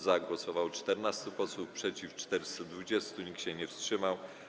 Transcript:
Za głosowało 14 posłów, przeciw - 420, nikt się nie wstrzymał.